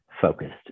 focused